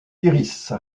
iris